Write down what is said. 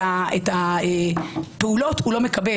את הפעולות הוא לא מקבל.